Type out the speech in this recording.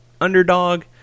underdog